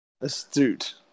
Astute